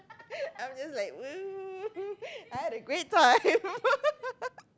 I'm just like !woo! I had a great time